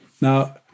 Now